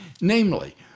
Namely